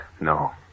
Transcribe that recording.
No